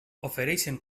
ofereixen